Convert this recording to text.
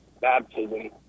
baptism